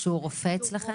-- שהוא רופא אצלכם?